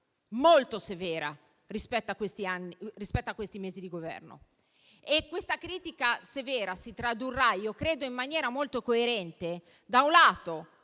molto severa rispetto a questi mesi di Governo. E questa critica severa si tradurrà - io credo in maniera molto coerente - da un lato,